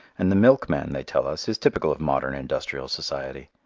and the milkman, they tell us, is typical of modern industrial society.